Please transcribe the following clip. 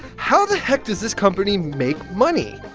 how the heck does this company make money?